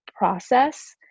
process